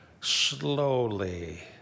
slowly